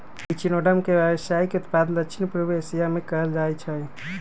echinoderm के व्यावसायिक उत्पादन दक्षिण पूर्व एशिया में कएल जाइ छइ